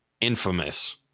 infamous